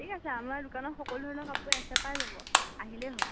ঠিক আছে আমাৰ দোকানত সকলো ধৰণৰ কাপোৰে আছে পাই যাব আহিলেই হ'ল